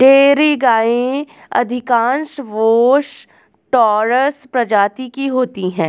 dairy गायें अधिकांश Bos taurus प्रजाति की होती हैं